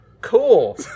cool